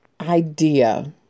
idea